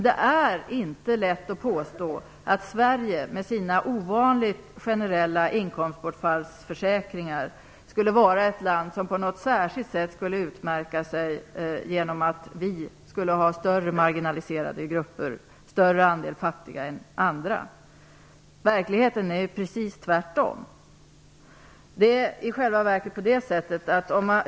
Det är inte lätt att påstå att Sverige med sina ovanligt generella inkomstbortfallsförsäkringar är ett land som utmärker sig genom att ha större marginaliserade grupper och en större andel fattiga än andra länder. Verkligheten är precis tvärtom.